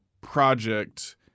project